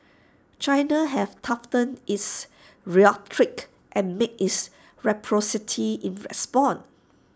China have toughened its rhetoric and made reciprocity its response